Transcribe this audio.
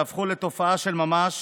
שהפכו לתופעה של ממש,